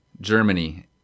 Germany